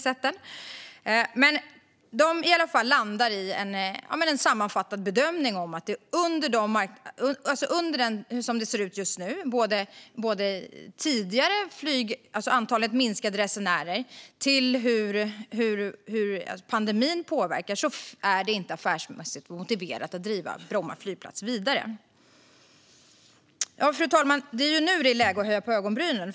Swedavia landar i en sammanfattad bedömning att som det ser ut nu, med ett minskat antal resenärer och hur pandemin har påverkat, är det inte affärsmässigt motiverat att driva Bromma flygplats vidare. Fru talman! Det är nu det är läge att höja på ögonbrynen.